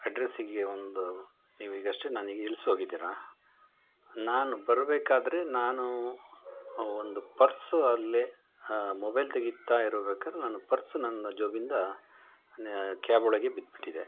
ಅಡ್ರೆಸ್ಸಿಗೆ ಒಂದು ನೀವು ಈಗಷ್ಟೇ ನನಗೆ ಇಳ್ಸಿ ಹೋಗಿದ್ದೀರ ನಾನು ಬರಬೇಕಾದ್ರೆ ನಾನು ಒಂದು ಪರ್ಸು ಅಲ್ಲೇ ಮೊಬೈಲ್ ತೆಗೀತಾ ಇರ್ಬೇಕಾರೆ ನಾನು ಪರ್ಸು ನನ್ನ ಜೇಬಿಂದ ನ್ ಕ್ಯಾಬ್ ಒಳಗೆ ಬಿದ್ದುಬಿಟ್ಟಿದೆ